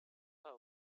her